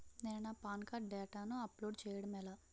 నేను నా PAN card డేటాను అప్లోడ్ చేయడం ఎలా?